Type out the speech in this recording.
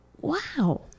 wow